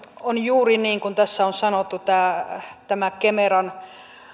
on juuri niin kuin tässä on sanottu tämä tämä kemeran